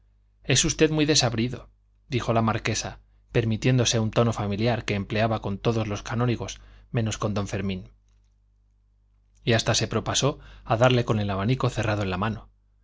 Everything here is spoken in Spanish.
es usted muy desabrido dijo la marquesa permitiéndose un tono familiar que empleaba con todos los canónigos menos con don fermín y hasta se propasó a darle con el abanico cerrado en la mano